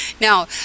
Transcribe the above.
Now